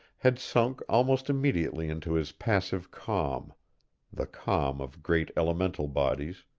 had sunk almost immediately into his passive calm the calm of great elemental bodies,